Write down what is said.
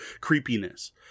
creepiness